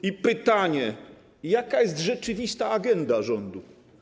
I pytanie: Jaka jest rzeczywista agenda rządu?